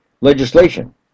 Legislation